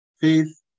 Faith